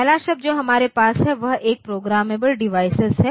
पहला शब्द जो हमारे पास है वह एक प्रोग्रामेबल डिवाइस है